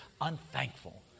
unthankful